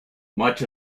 much